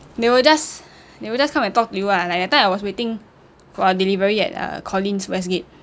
they will just they will just come and talk to you ah like that time I was waiting for our delivery at uh collin's west gate